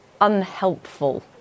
unhelpful